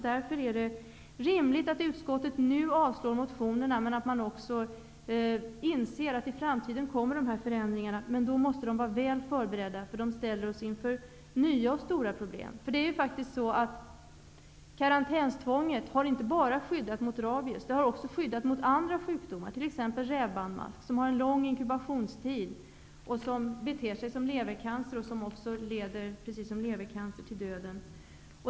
Därför att det rimligt att utskottet nu avstyrker motionerna. Man måste också inse att dessa förändringar kommer i framtiden. Då måste de vara väl förberedda, eftersom vi ställs inför nya och stora problem. Karantänstvånget har inte bara skyddat mot rabies. Det har också skyddat mot andra sjukdomar, t.ex. rävbandmask, som har en lång inkubationstid. Sjukdomen beter sig som levercancer, och leder liksom levercancer till döden.